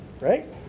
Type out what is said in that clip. Right